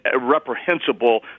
reprehensible